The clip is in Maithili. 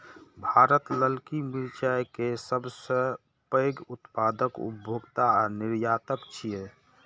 भारत ललकी मिरचाय के सबसं पैघ उत्पादक, उपभोक्ता आ निर्यातक छियै